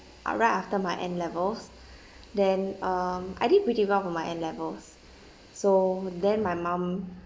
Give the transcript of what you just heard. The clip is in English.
uh right after my N levels then um I did pretty well for my N levels so then my mum